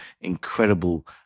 incredible